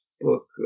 book